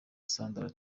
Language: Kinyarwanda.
sandra